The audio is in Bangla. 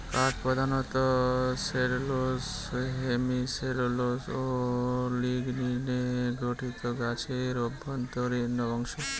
কাঠ প্রধানত সেলুলোস হেমিসেলুলোস ও লিগনিনে গঠিত গাছের অভ্যন্তরীণ অংশ